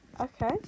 Okay